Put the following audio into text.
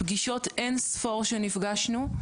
פגישות אין ספור שנפגשנו.